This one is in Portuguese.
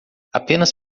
apenas